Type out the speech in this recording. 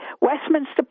Westminster